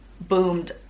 boomed